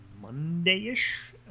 Monday-ish